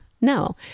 no